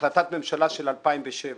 החלטת ממשלה מ-2007.